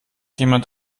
jemand